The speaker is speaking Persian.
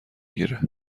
گیره